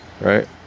right